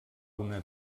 una